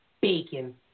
Bacon